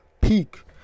peak